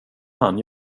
han